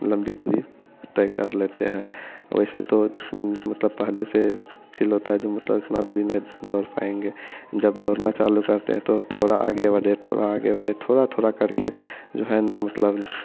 मतलब भय लगता है जो इतना दूरी कैसे तय कर पाएंगे फ़िर जब दौड़ते दौड़ते मतलब ऐसा उस मतलब फ़ील होता है जो जितना दौड़े हैं इससे थोड़ा और आगे जाए फ़िर दस कदम और आगे जाए दस कदम और आगे जाए मतलब दौड़ते दौड़ते जो है न तब